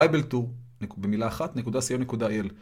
אייבלטור, במילה אחת, .co.il